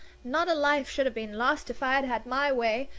not a life should have been lost if i'd had my way.